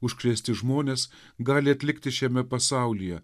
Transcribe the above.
užkrėsti žmones gali atlikti šiame pasaulyje